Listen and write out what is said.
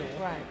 Right